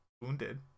wounded